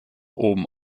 oben